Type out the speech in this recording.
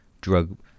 drug